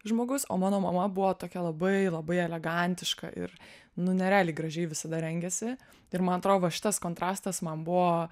žmogus o mano mama buvo tokia labai labai elegantiška ir nu nerealiai gražiai visada rengiasi ir man atrova šitas kontrastas man buvo